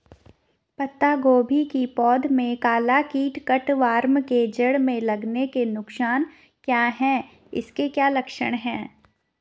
पत्ता गोभी की पौध में काला कीट कट वार्म के जड़ में लगने के नुकसान क्या हैं इसके क्या लक्षण हैं?